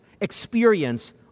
experience